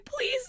please